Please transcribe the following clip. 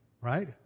Right